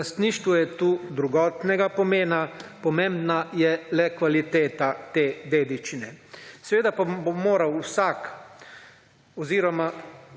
Lastništvo je tukaj drugotnega pomena, pomembna je le kvaliteta te dediščine. Seveda bo moral vsak oziroma